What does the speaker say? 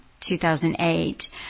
2008